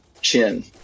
chin